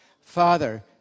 Father